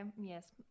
Yes